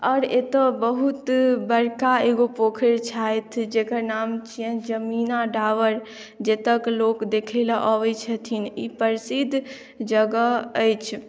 आओर एतौ बहुत बड़का एगो पोखरि छथि जेकर नाम छियनि जमीना डाबर जतय के लोक देखै लेल अबै छथिन ई प्रसिद्ध जगह अछि